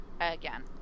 again